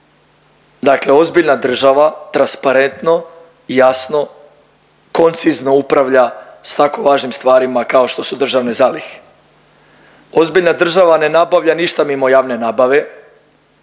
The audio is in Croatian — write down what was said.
dakle ozbiljna država transparentno i jasno, koncizno upravlja s tako važnim stvarima kao što su državne zalihe. Ozbiljna država ne nabavlja ništa mimo javne nabave,